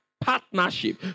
partnership